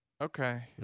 Okay